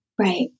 Right